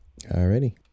Alrighty